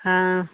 ಹಾಂ